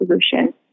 solution